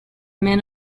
man